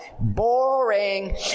Boring